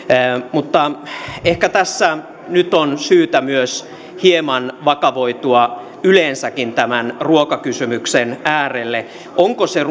mutta ehkä tässä nyt on syytä myös hieman vakavoitua yleensäkin tämän ruokakysymyksen äärelle onko se